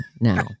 now